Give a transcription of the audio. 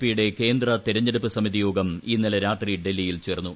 P യുടെ കേന്ദ്ര തിരഞ്ഞെടുപ്പ് സമിതിയോഗം ഇന്നലെ രാത്രി ഡൽഹിയിൽ ചേർന്നു